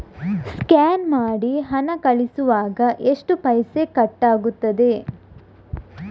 Scan ಮಾಡಿ ಹಣ ಕಳಿಸುವಾಗ ಎಷ್ಟು ಪೈಸೆ ಕಟ್ಟಾಗ್ತದೆ?